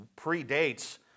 predates